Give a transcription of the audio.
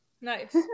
Nice